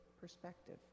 perspective